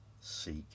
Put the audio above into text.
Seek